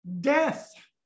Death